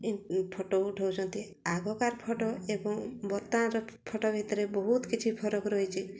photo ଉଠାଉଛନ୍ତି ଆଗ କା ଫଟୋ ଏବଂ ବର୍ତ୍ତମାନ ଫଟୋ ଭିତରେ ବହୁତ କିଛି ଫରକ ରହିଛି